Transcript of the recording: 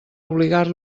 obligar